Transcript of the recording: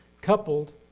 coupled